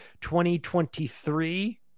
2023